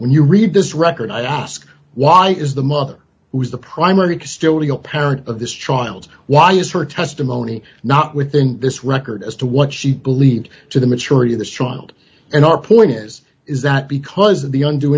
when you read this record i ask why is the mother who was the primary custodial parent of this child why is her testimony not within this record as to what she believes to the maturity of the child and our point is is that because of the und